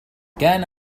كان